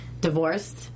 divorced